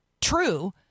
true